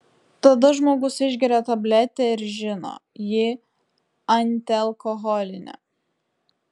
tada žmogus išgeria tabletę ir žino ji antialkoholinė